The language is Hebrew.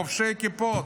חובשי הכיפות,